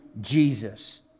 Jesus